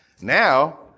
Now